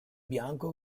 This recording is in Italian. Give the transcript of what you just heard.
bianco